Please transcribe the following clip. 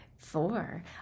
Four